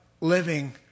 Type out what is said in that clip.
living